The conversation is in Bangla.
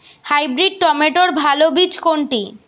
হাইব্রিড টমেটোর ভালো বীজ কোনটি?